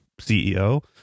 CEO